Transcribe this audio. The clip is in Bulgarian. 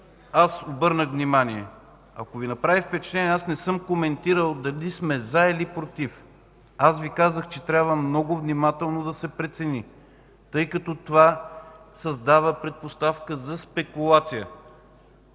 обърнах внимание. Ако Ви направи впечатление, аз не съм коментирал дали сме „за” или „против”. Казах Ви, че трябва много внимателно да се прецени, тъй като това създава предпоставка за спекулация.